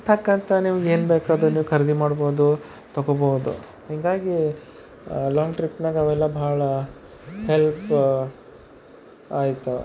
ಟಕ್ಕಂತ ನಿಮಗೆ ಏನು ಬೇಕೋ ಅದು ನೀವು ಖರೀದಿ ಮಾಡಬಹುದು ತೊಗೋಬಹುದು ಹೀಗಾಗಿ ಲಾಂಗ್ ಟ್ರಿಪ್ನಾಗ ಅವೆಲ್ಲ ಭಾಳ ಹೆಲ್ಪ್ ಆಯ್ತವ